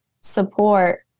support